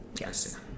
Yes